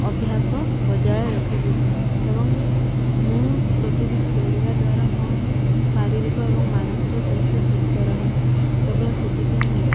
ଅଭ୍ୟାସ ବଜାୟ ରଖିବି ଏବଂ ମୁଁ ପ୍ରତିଦିନ ଦୌଡ଼ିବା ଦ୍ୱାରା ମୋ ଶାରୀରିକ ଏବଂ ମାନସିକ ସ୍ୱାସ୍ଥ୍ୟ ସୁସ୍ଥ ରହେ କେବଳ ସେତିକି ନୁହେଁ